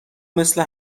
مثل